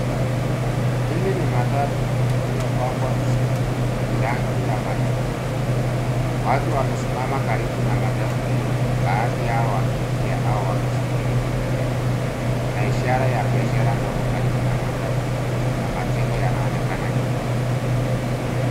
Hii ni matatu uliopambwa vizuri yenye rangi ya machungwa . Watu wamesimama karibu na matatu hiyo baadhi yao wakiingia au wakisubiri kuingia. Kuna ishara ya biashara ndogo karibu na matatu na majengo yanaonekana nyuma.